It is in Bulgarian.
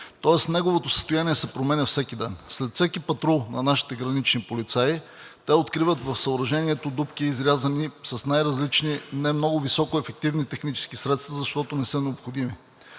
тоест неговото състояние се променя всеки ден. След всеки патрул на нашите гранични полицаи те откриват в съоръжението дупки, изрязани с най-различни не много високоефективни технически средства, защото не са необходими.